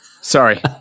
sorry